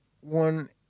one